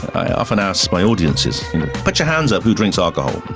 i often ask my audiences put your hands up who drinks alcohol.